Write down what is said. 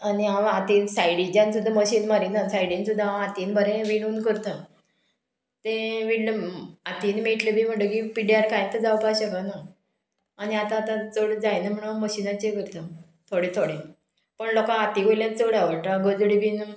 आनी हांव हातीन सायडीच्यान सुद्दां मशीन मारिना सायडीन सुद्दां हांव हातीन बरें विणून करता तें विडलें हातीन मेटलें बी म्हणटकीर पिड्ड्यार कांयच जावपा शकना आनी आतां आतां चड जायना म्हणो हांव मशिनाचेर करता थोडें थोडें पण लोकां हाती वयल्यान चड आवडटा गजडी बीन